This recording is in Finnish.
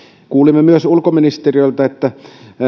kuulimme myös ulkoministeriltä että